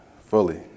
fully